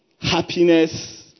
happiness